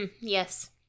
yes